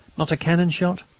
not a cannon-shot,